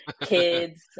kids